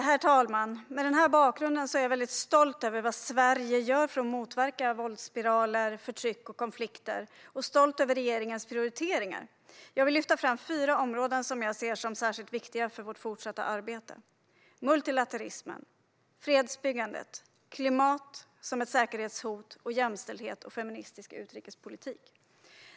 Herr talman! Mot denna bakgrund är jag stolt över vad Sverige gör för att motverka våldsspiraler, förtryck och konflikter och stolt över regeringens prioriteringar. Jag vill lyfta fram fyra områden som jag ser som särskilt viktiga för vårt fortsatta arbete: multilateralismen, fredsbyggandet, klimatet som ett säkerhetshot samt jämställdhet och feministisk utrikespolitik.